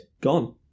Gone